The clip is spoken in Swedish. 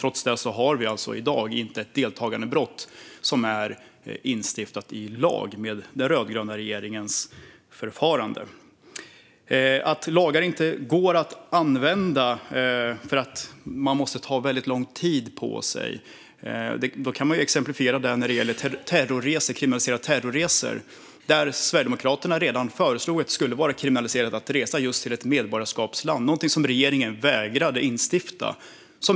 Trots det har vi alltså i dag inte ett deltagandebrott instiftat i lag med den rödgröna regeringens förfarande. Detta att lagar inte går att använda för att man måste ta lång tid på sig går att exemplifieras med kriminaliseringen av terrorresor. Sverigedemokraterna föreslog redan tidigare att det skulle vara kriminaliserat att resa just till ett medborgarskapsland - något som regeringen vägrade att instifta.